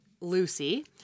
Lucy